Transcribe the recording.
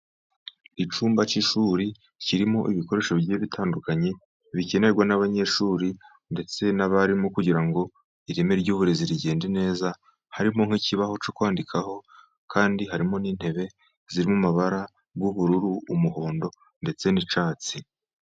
Icyumba cy'ishuri kirimo ibikoresho bigiye bitandukanye bikenerwa n'abanyeshuri ndetse n'abarimu kugirango ireme ry'uburezi rigende neza, harimo nk'ikibaho cyo kwandikaho kandi harimo n'intebe zirimo amabara y'ubururu, umuhondo ndetse n'icyatsi.